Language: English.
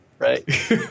Right